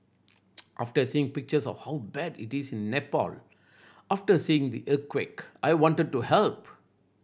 after seeing pictures of how bad it is in Nepal after seeing the earthquake I wanted to help